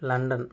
London